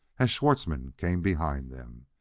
as schwartzmann came behind them,